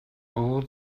all